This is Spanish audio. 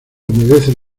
humedecen